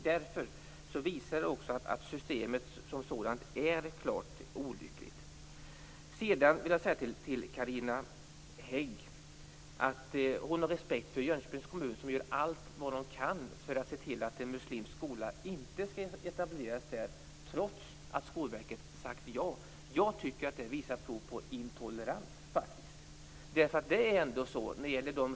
Det visar också att systemet som sådant är klart olyckligt. Sedan vill jag vända mig till Carina Hägg. Hon har respekt för Jönköpings kommun som gör allt som går för att se till att en muslimsk skola inte skall etableras där, trots att Skolverket sagt ja. Det visar faktiskt prov på intolerans.